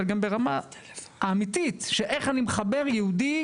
אבל גם ברמה האמיתית שאיך אני מחבר יהודי